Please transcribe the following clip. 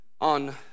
on